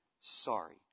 sorry